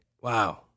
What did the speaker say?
Wow